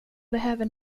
behöver